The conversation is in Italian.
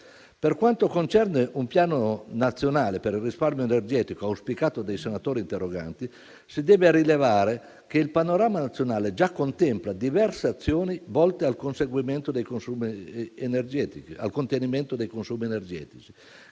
Per quanto concerne un piano nazionale per il risparmio energetico, auspicato dai senatori interroganti, si deve rilevare che il panorama nazionale già contempla diverse azioni volte al contenimento dei consumi energetici,